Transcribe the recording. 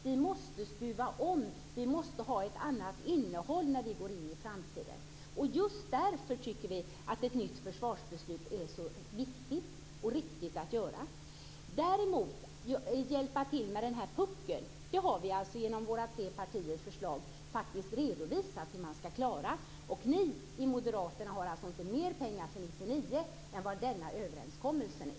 Vi måste stuva om. Vi måste ha ett annat innehåll när vi går in i framtiden. Just därför tycker vi att ett nytt försvarsbeslut är så viktigt och riktigt. Vi i de tre partierna har däremot i vårt förslag faktiskt redovisat hur man skall klara av puckeln. Ni i moderaterna har inte mer pengar för 1999 än vad den överenskommelsen ger.